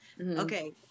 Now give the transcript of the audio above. Okay